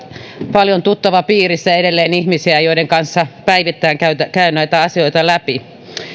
paljon tuttavapiirissä on edelleen ihmisiä joiden kanssa päivittäin käyn näitä asioita läpi